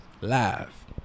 Live